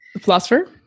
Philosopher